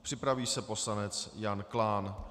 Připraví se poslanec Jan Klán.